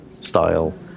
style